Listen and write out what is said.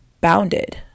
bounded